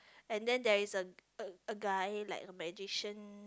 and then there is a a a guy like a magician